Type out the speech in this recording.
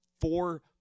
four